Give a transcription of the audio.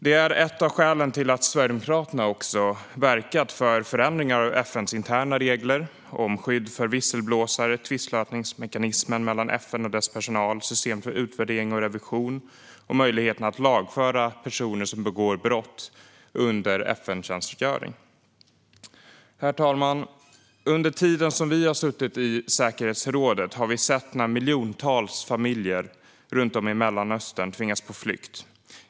Det är ett av skälen till att Sverigedemokraterna också har verkat för förändringar av FN:s interna regler om skydd för visselblåsare, tvistlösningsmekanismen mellan FN och dess personal, system för utvärdering och revision och möjligheten att lagföra personer som begår brott under FN-tjänstgöring. Herr talman! Under tiden som vi har suttit i säkerhetsrådet har vi sett när miljontals familjer runt om i Mellanöstern har tvingats på flykt.